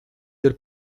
del